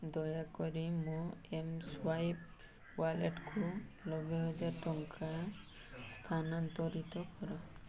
ଦୟାକରି ମୋ ଏମ୍ସ୍ୱାଇପ୍ ୱାଲେଟ୍କୁ ନବେହଜାର ଟଙ୍କା ସ୍ଥାନାନ୍ତରିତ କର